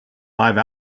live